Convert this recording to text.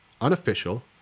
unofficial